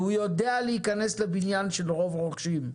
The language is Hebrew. והוא יודע להיכנס לבניין של רוב רוכשים,